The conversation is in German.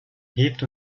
hebt